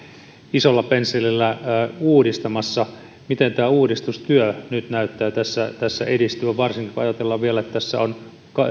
isolla pensselillä uudistamassa miten tämä uudistustyö nyt näyttää tässä tässä edistyvän varsinkin kun ajatellaan vielä että tässä on